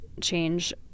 change